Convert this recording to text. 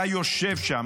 אתה יושב שם,